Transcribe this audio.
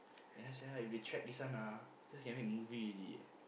ya sia if they check this one ah this one can make movie already eh